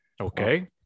Okay